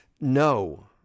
No